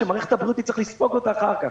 שמערכת הבריאות תצטרך לספוג אותה אחר כך.